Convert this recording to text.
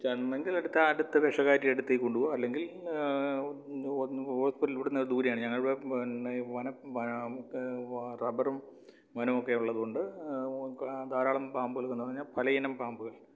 ചെന്നെങ്കിൽ എടുത്താൽ അടുത്ത വിഷകാരിയുടെ അടുത്തേക്ക് കൊണ്ടുപോകും അല്ലെങ്കിൽ ഹോസ്പിറ്റൽ ഇവിടുന്ന് ദൂരെയാണ് ഞങ്ങളുടെ ഇവിടെ പിന്നെ വനം നമുക്ക് റബ്ബറും വനം ഒക്കെ ഉള്ളതുകൊണ്ട് ധാരാളം പാമ്പുകളെന്ന് പറഞ്ഞാൽ പലയിനം പാമ്പുകൾ